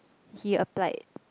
he applied